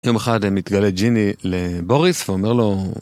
יום אחד מתגלה ג'יני לבוריס ואומר לו